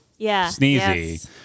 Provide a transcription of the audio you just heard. Sneezy